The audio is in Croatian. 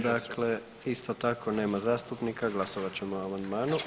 Dakle, isto tako nema zastupnika, glasovat ćemo o amandmanu.